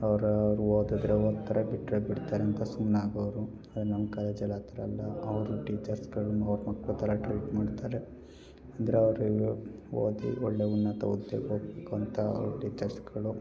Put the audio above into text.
ಅವ್ರು ಅವ್ರು ಓದಿದ್ರೆ ಓದ್ತಾರೆ ಬಿಟ್ಟರೆ ಬಿಡ್ತಾರೆ ಅಂತ ಸುಮ್ಮನಾಗೋರು ಆದರೆ ನಮ್ಮ ಕಾಲೇಜಲ್ಲಿ ಆ ಥರ ಅಲ್ಲ ಅವರು ಟೀಚರ್ಸ್ಗಳು ಅವ್ರ ಮಕ್ಕಳು ಥರ ಟ್ರೀಟ್ ಮಾಡ್ತಾರೆ ಅಂದರೆ ಅವ್ರಿಗೂ ಓದಿ ಒಳ್ಳೆಯ ಉನ್ನತ ಹುದ್ದೆಗಳು ಬೇಕು ಅಂತ ಅವ್ರ ಟೀಚರ್ಸ್ಗಳು